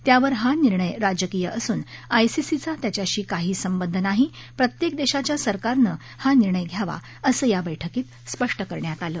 त्यावर हा निर्णय राजकीय असून आयसीसीचा त्याच्याशी काहिही संबंध नाही प्रत्येक देशाच्या सरकारनं हा निर्णय घ्यावा असं या बैठकीत स्पष्टं करण्यात आलं